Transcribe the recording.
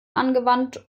angewandt